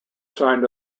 signed